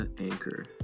Anchor